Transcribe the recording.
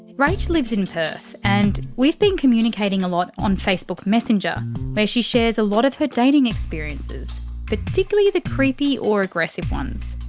rach lives in perth and we've been communicating a lot on facebook messenger where she shares some of her dating experiences particularly the creepy or aggressive ones.